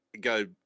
go